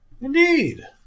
Indeed